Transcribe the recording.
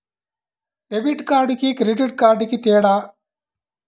Debit కార్డుకి credit కార్డుకి తేడా?